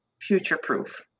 future-proof